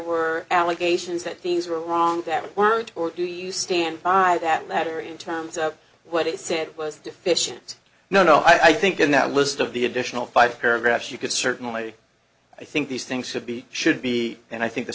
were allegations that things were wrong that weren't or do you stand by that letter in terms of what it said was deficient no no i think in that list of the additional five paragraphs you could certainly i think these things should be should be and i think the